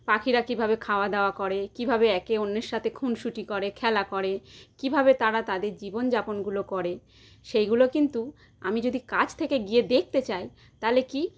পাখিরা কীভাবে খাওয়া দাওয়া করে কীভাবে একে অন্যের সাথে খুনসুটি করে খেলা করে কীভাবে তারা তাদের জীবন যাপনগুলো করে সেগুলো কিন্তু আমি যদি কাছ থেকে গিয়ে দেখতে চাই তাহলে কী